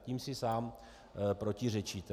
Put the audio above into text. Tím si sám protiřečíte.